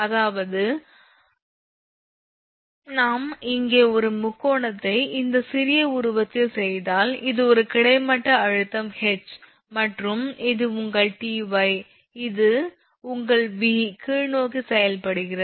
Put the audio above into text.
அதாவது நாம் இங்கே ஒரு முக்கோணத்தை இந்த சிறிய உருவத்தில் செய்தால் இது ஒரு கிடைமட்டப் அழுத்தம் H மற்றும் இது உங்கள் Ty இது உங்கள் V கீழ்நோக்கிச் செயல்படுகிறது